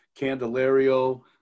Candelario